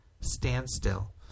standstill